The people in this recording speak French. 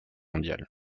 mondiale